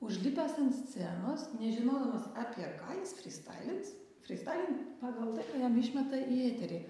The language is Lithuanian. užlipęs ant scenos nežinodamas apie ką jis fristailins fristailint pagal tai ką jam išmeta į eterį